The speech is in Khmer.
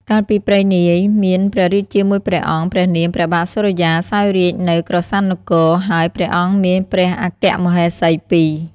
កាលពីព្រេងនាយ មានព្រះរាជាមួយព្រះអង្គ ព្រះនាម ព្រះបាទសូរិយា សោយរាជ្យនៅក្រសាន់នគរ ហើយព្រះអង្គមានព្រះអគ្គមហេសីពីរ។